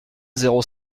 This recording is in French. zéro